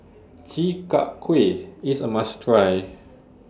Chi Kak Kuih IS A must Try